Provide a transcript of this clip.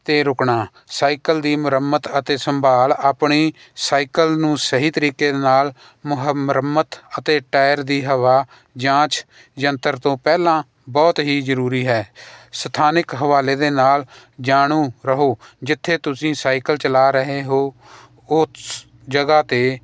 ਅਤੇ ਰੁਕਣਾ ਸਾਈਕਲ ਦੀ ਮੁਰੰਮਤ ਅਤੇ ਸੰਭਾਲ ਆਪਣੀ ਸਾਈਕਲ ਨੂੰ ਸਹੀ ਤਰੀਕੇ ਦੇ ਨਾਲ ਮੁਰੰਮਤ ਅਤੇ ਟਾਇਰ ਦੀ ਹਵਾ ਜਾਂਚ ਯੰਤਰ ਤੋਂ ਪਹਿਲਾਂ ਬਹੁਤ ਹੀ ਜ਼ਰੂਰੀ ਹੈ ਸਥਾਨਿਕ ਹਵਾਲੇ ਦੇ ਨਾਲ ਜਾਣੂ ਰਹੋ ਜਿੱਥੇ ਤੁਸੀਂ ਸਾਈਕਲ ਚਲਾ ਰਹੇ ਹੋ ਉਸ ਜਗ੍ਹਾ 'ਤੇ